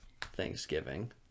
Thanksgiving